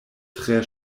tre